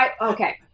okay